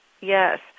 yes